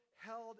held